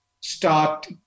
start